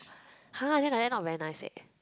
!huh! then like that not very nice eh